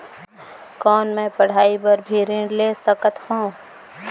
कौन मै पढ़ाई बर भी ऋण ले सकत हो?